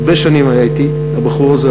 הרבה שנים היה אתי הבחור הזה,